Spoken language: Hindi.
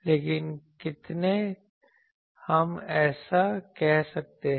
लेकिन कितने हम ऐसा कह सकते हैं